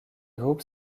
groupes